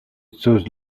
sus